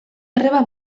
arreba